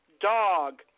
dog